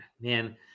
man